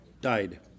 Died